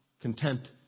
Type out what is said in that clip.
content